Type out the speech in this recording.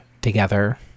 together